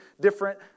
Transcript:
different